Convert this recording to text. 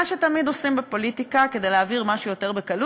מה שתמיד עושים בפוליטיקה כדי להעביר משהו יותר בקלות,